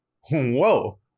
whoa